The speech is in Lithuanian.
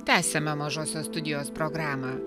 tęsiame mažosios studijos programą